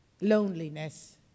loneliness